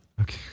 Okay